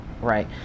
Right